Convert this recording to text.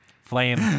Flame